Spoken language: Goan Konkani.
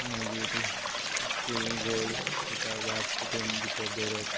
मागीर केळी घड तेका वात पेटोवन भितर दवरप